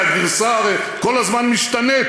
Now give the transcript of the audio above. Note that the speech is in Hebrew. כי הגרסה הרי כל הזמן משתנית,